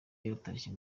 yaratashye